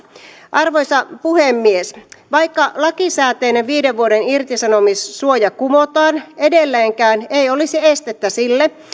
arvoisa puhemies vaikka lakisääteinen viiden vuoden irtisanomissuoja kumotaan edelleenkään ei olisi estettä sille